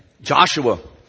Joshua